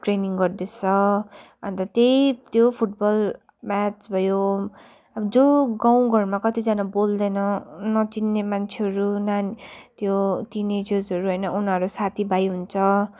training गर्दैछ अन्त त्यही त्यो फुटबल म्याच भयो अब जो गाउँघरमा कतिजना बोल्दैन नचिन्ने मान्छेहरू नानी त्यो टिनेजर्सहरू होइन उनीहरू साथीभाइ हुन्छ